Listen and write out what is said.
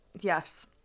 Yes